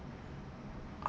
uh